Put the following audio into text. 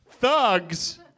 Thugs